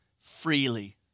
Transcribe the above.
freely